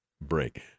break